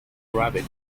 rabbit